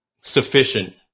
sufficient